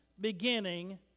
beginning